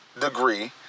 degree